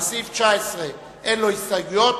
ולסעיף 19 אין הסתייגויות,